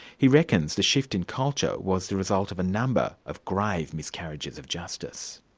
he reckons the shift in culture was the result of a number of grave miscarriages of justice.